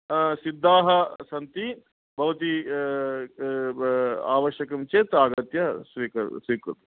सिद्धाः सन्ति भवती आवश्यक्ं चेत् आगत्य स्वीकुरोतु स्वीकुरोतु